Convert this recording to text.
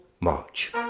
March